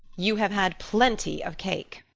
you have had plenty of cake,